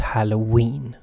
Halloween